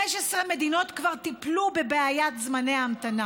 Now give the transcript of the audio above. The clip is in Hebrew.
15 מדינות כבר טיפלו בבעיית זמני ההמתנה